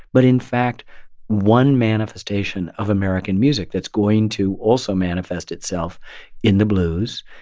but in fact one manifestation of american music that's going to also manifest itself in the blues,